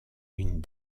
une